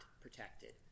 protected